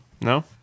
No